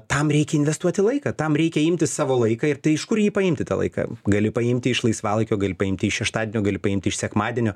tam reikia investuoti laiką tam reikia imti savo laiką ir tai iš kur jį paimti tą laiką gali paimti iš laisvalaikio gali paimti iš šeštadienio gali paimti iš sekmadienio